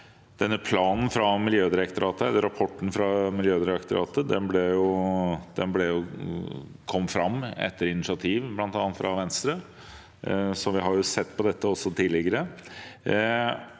denne rapporten fra Miljødirektoratet fram etter initiativ, bl.a. fra Venstre, så vi har sett på dette også tidligere.